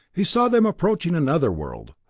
he saw them approaching another world,